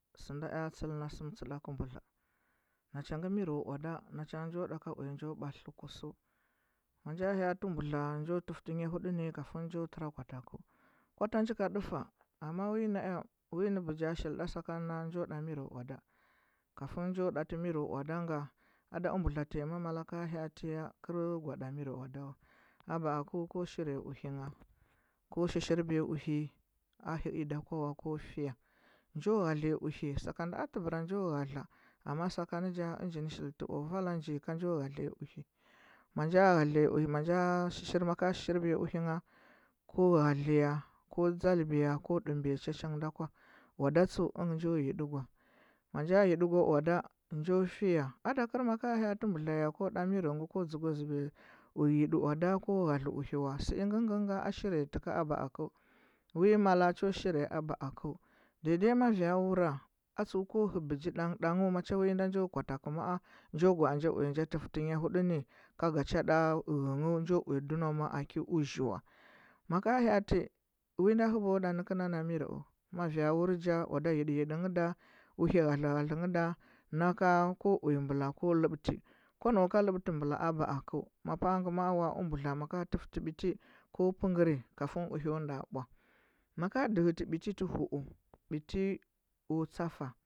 Sɚ nda ea tsil na sɚm tsɚɗakɚ mbudla na cha ngɚ miro owaɗa na cho ngɚ njo ɗa ka uya njo batlitɚ kusu ma nja ha’otɚ mbudla njo tɚftɚ nya huɗu nɚ kafin njo tɚra gwa takɚu kwa ta nji kanɗafa amma wi nada wi nɚ bɚgi shil nda sakan na njo ɗa miro owada kafin njo ɗati miro owada nga ada u mbudla tai ngɚ malakɚ ha’ati ya kɚr gwa ɗa miro owada wa aba akɚ ko shiriyo uhɚgha ko shirshir biya uhi a hɚi da kwa ko fiya jo haetliya uhe sakanda atɚ bɚra njo haedla amma sakan nja engin shitlɚ o vala nji ka njo haedla uhe ma nja haedla uhe ma ni maka shi shir biya uhe ngha ko haedlaya ko dȝal biya ko ndinnbiya chachang na kwa owada tsɚu ɚn njo nyiɗikwa ma nja nyiɗikwa owada hyo fiya ada kɚl maka ha’ati mbudl ya ko da miro ngɚ ko dȝukwa ȝɚbiya nyide owada ko haedle uhe wa sɚ ingɚgɚ nga shiri tɚ ka aba akɚu wi mda cho shiri aba akɚu daidai ma vi wura a tsuɚ ko hɚ bɚgi ɗang dangɚ ma cha wi na njo gwatakɚu ma, a njo gwaa nja tɚfty nya huɗu ni ka ga cha ɗa hymghɚ njo uya dunɚma a kɚ uȝhi ula maka ha. ati wi na hɚba ɗa nɚkɚ nda na nirou ma vi wun nja owada nyidiɗy iɗi ngɚ da uhe hadle hadle ngɚ da naka ko uya mbula ko libti ko nau ka libti mbula mba akɚ mapa ɚngɚ maa wa u mbudla maka tifti biti ko pigam kafin uhe nda mbwa maka jigiti biti ti hu. u biti u tsafa